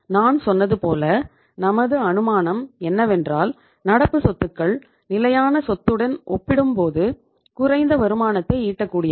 நான் சொன்னது போல நமது அனுமானம் என்னவென்றால் நடப்பு சொத்துக்கள் நிலையான சொத்துடன் ஒப்பிடும்போது குறைந்த வருமானத்தை ஈட்ட கூடியவை